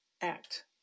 act